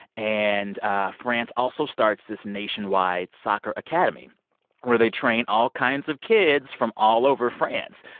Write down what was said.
and ah france also starts this nationwide soccer academy where they train all kinds of kids from all over france.